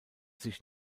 sich